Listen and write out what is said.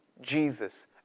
Jesus